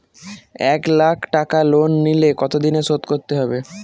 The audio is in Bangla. এক লাখ টাকা লোন নিলে কতদিনে শোধ করতে হবে?